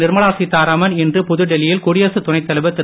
நிர்மலா சீத்தாராமன் இன்று புதுடெல்லியில் குடியரசுத் துணைத் தலைவர் திரு